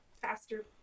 faster